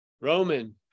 Roman